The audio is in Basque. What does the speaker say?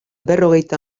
berrogeita